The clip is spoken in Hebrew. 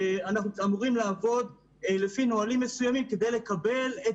אנחנו אמורים לעבוד לפי נהלים מסוימים כדי לקבל את